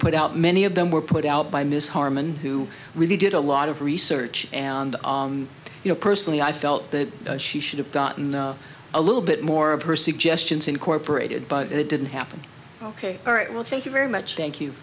put out many of them were put out by ms harman who really did a lot of research and you know personally i felt that she should have gotten a little bit more of her suggestions incorporated but it didn't happen ok all right well thank you very much thank you